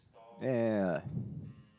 ya ya ya